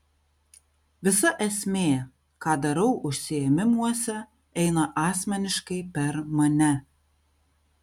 visa esmė ką darau užsiėmimuose eina asmeniškai per mane